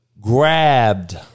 grabbed